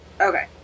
Okay